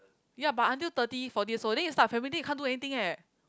ya but until thirty forty years old then you start family you can't do anything eh